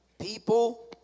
people